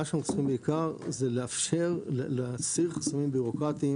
מה שאנחנו צריכים בעיקר זה להסיר חסמים בירוקרטיים